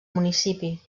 municipi